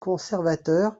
conservateur